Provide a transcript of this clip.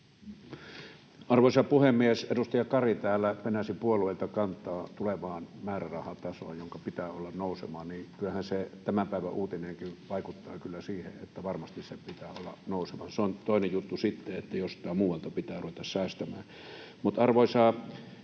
Arvoisa puhemies! Kun edustaja Kari täällä penäsi puolueelta kantaa tulevaan määrärahatasoon, jonka pitää olla nouseva, niin kyllähän se tämän päivän uutinenkin vaikuttaa siihen, että varmasti sen pitää olla nouseva. Se on toinen juttu sitten, että jostain muualta pitää ruveta säästämään. Mutta, arvoisa